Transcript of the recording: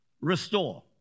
restore